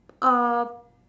uh